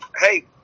hey